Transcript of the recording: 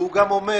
והוא גם אומר